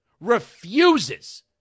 refuses